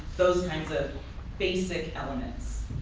those kinds of basic elements.